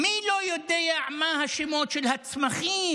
מי לא יודע מה השמות של הצמחים